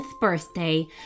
birthday